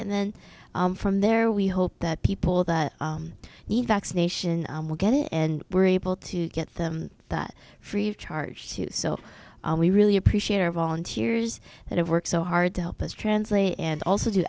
and then from there we hope that people that need vaccination will get it and we're able to get them that free of charge too so we really appreciate our volunteers that it works so hard to help us translate and also do